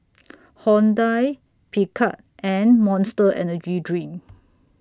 Hyundai Picard and Monster Energy Drink